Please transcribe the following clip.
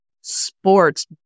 sports